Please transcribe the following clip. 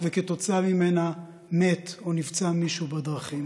וכתוצאה ממנה מת או נפצע מישהו בדרכים.